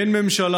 אין ממשלה,